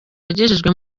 wagejejwe